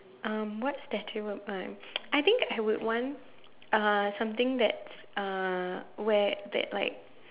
um what statue of mine I think I would want uh something that's uh where that like